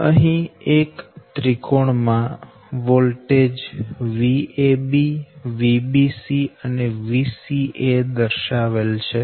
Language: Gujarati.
અહી એક ત્રિકોણ માં વોલ્ટેજ Vab Vbc અને Vca દર્શાવેલ છે